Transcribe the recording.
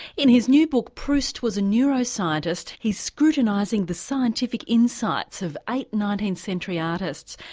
in his new book proust was a neuroscientist he's scrutinising the scientific insights of eight nineteenth century artists,